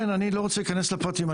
אני לא רוצה להיכנס לפרטים,